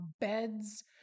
beds